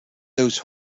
those